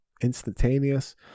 instantaneous